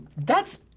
that's,